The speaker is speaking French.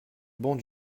bancs